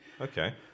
Okay